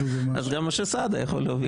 אז גם משה סעדה יכול.